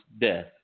death